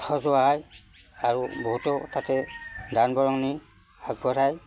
সজোৱা হয় আৰু বহুতো তাতে দান বৰঙণি আগবঢ়ায়